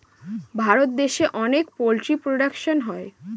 ভারত দেশে অনেক poultry production হয়